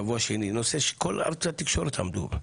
בשבוע שני זה נושא שכל ערוצי התקשורת דיברו עליו.